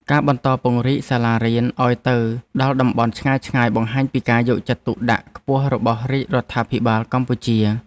ការបន្តពង្រីកសាលារៀនឱ្យទៅដល់តំបន់ឆ្ងាយៗបង្ហាញពីការយកចិត្តទុកដាក់ខ្ពស់របស់រាជរដ្ឋាភិបាលកម្ពុជា។